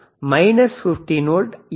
J minus 15 volt A